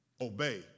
Obey